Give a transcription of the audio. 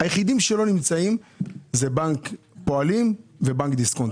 היחידים שלא נמצאים זה בנק פועלים ובנק דיסקונט.